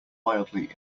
wildly